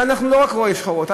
ואנחנו לא רק רואים שחורות,